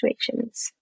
situations